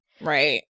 Right